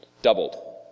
doubled